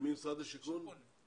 משרד השיכון.